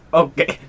okay